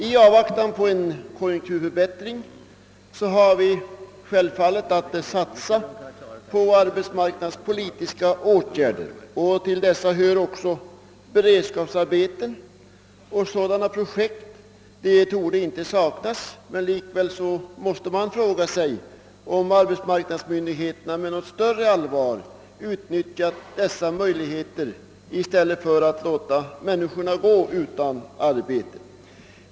I avvaktan på en konjunkturförbättring har vi ansett det självklart att satsa på arbetsmarknadspolitiska åtgärder. Hit hör också beredskapsarbeten och liknande projekt. Sådana torde inte saknas, men man måste likväl fråga sig om arbetsmarknadsmyndigheterna med något större allvar utnyttjar dessa möjligheter i stället för att låta människorna gå utan arbete.